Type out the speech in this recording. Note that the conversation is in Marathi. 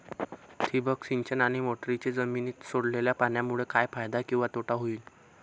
ठिबक सिंचन आणि मोटरीने जमिनीत सोडलेल्या पाण्यामुळे काय फायदा किंवा तोटा होईल?